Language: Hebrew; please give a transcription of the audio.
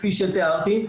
כפי שתיארתי,